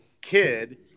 kid